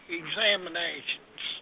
examinations